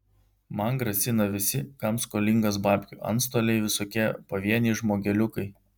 man grasina visi kam skolingas babkių antstoliai visokie pavieniai žmogeliukai